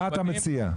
מה אתה מציע?